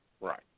right